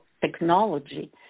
technology